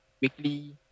weekly